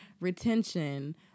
retention